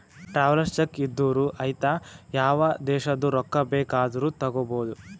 travellers cheque ಇದ್ದೂರು ಐಯ್ತ ಯಾವ ದೇಶದು ರೊಕ್ಕಾ ಬೇಕ್ ಆದೂರು ತಗೋಬೋದ